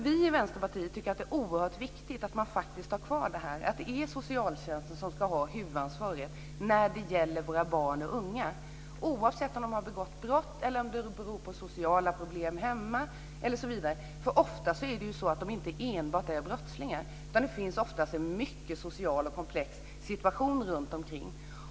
Vi i Vänsterpartiet tycker att det är oerhört viktigt att man har kvar detta, att det är socialtjänsten som ska ha huvudansvaret när det gäller våra barn och unga - oavsett om de har begått brott, om det beror på sociala problem hemma osv. Ofta är det ju så att de inte enbart är brottslingar. Det finns oftast en mycket komplex social situation runtomkring.